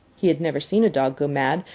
he had never seen a dog go mad,